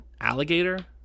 alligator